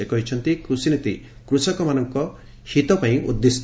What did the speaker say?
ସେ କହିଛନ୍ତି କୃଷିନୀତି କୃଷକମାନଙ୍କ ହିତପାଇଁ ଉଦ୍ଦିଷ୍ଟ